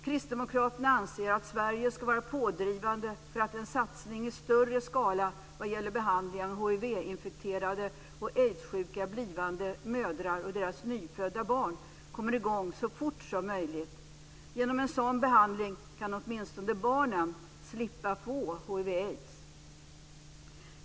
Kristdemokraterna anser att Sverige ska vara pådrivande för att en satsning i större skala vad gäller behandlingen av hivinfekterade och aidssjuka blivande mödrar och deras nyfödda barn ska komma i gång så fort som möjligt. Genom en sådan behandling kan åtminstone barnen slippa få hiv/aids.